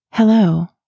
Hello